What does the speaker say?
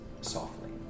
softly